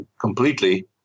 completely